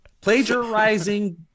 plagiarizing